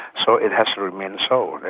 so it has to remain so, and